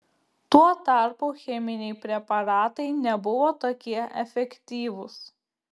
tuo tarpu cheminiai preparatai nebuvo tokie efektyvūs